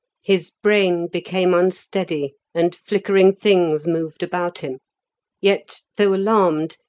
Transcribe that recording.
his brain became unsteady, and flickering things moved about him yet, though alarmed,